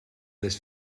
this